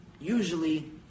usually